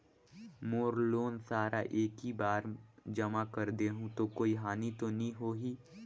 मोर loan सारा एकी बार मे जमा कर देहु तो कोई हानि तो नी होही?